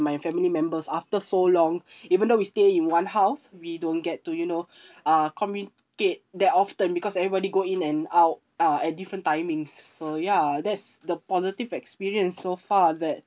my family members after so long even though we stay in one house we don't get to you know uh communicate that often because everybody go in and out uh at different timings so ya that's the positive experience so far that